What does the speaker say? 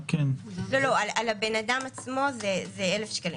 על הבן-אדם עצמו זה 1,000 שקלים.